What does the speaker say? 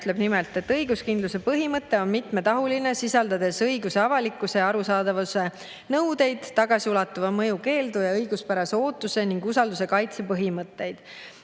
ütleb nimelt, et õiguskindluse põhimõte on mitmetahuline, sisaldades õiguse avalikkuse ja arusaadavuse nõudeid, tagasiulatuva mõju keeldu ja õiguspärase ootuse ning usalduse kaitse põhimõtteid.